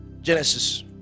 Genesis